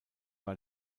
war